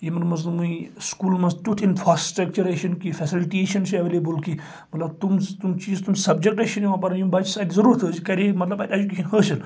یِمن منٛز نہِ یِم سکوٗلن منٛز تُیتھ انفراسِٹرکچر یا فیسلٹی چھنہٕ ایٚولیبٕل کہیٖنۍ مطلب تِم تِم چیٖز یُس تِم سبجَکٹ چھِنہٕ یِوان پرنہٕ یِم بَچس ضرورت ٲسۍ یہِ کر مطلب اتہِ ایٚجوکیشن حأصِل